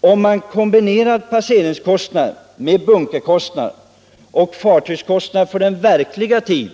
Om man kombinerar passeringskostnaderna med bunkerkostnader och fartygskostnader för den verkliga tid